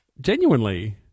Genuinely